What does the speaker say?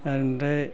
आरो ओमफ्राय